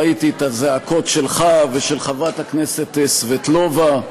ראיתי את הזעקות שלך ושל חברת הכנסת סבטלובה,